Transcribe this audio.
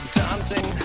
dancing